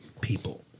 people